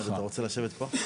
אתה רוצה לשבת פה?